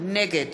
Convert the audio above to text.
נגד